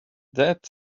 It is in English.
that